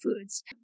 foods